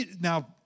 Now